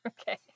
Okay